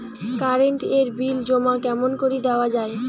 Current এর bill জমা কেমন করি দেওয়া যায়?